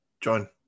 John